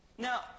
Now